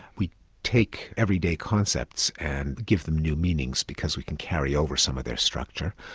we take everyday concepts and give them new meanings because we can carry over some of their structure.